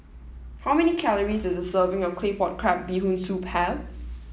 how many calories does a serving of Claypot Crab Bee Hoon Soup have